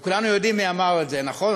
וכולנו יודעים מי אמר את זה, נכון?